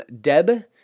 Deb